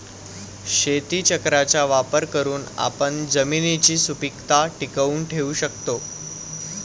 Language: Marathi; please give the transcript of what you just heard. शेतीचक्राचा वापर करून आपण जमिनीची सुपीकता टिकवून ठेवू शकतो